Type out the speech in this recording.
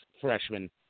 freshman